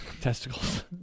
Testicles